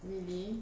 really